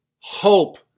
hope